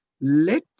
let